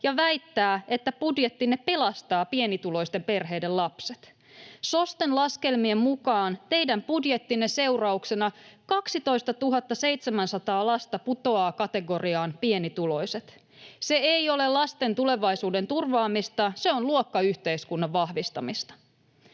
ja väittää, että budjettinne pelastaa pienituloisten perheiden lapset. SOSTEn laskelmien mukaan teidän budjettinne seurauksena 12 700 lasta putoaa kategoriaan ”pienituloiset”. Se ei ole lasten tulevaisuuden turvaamista, se on luokkayhteiskunnan vahvistamista.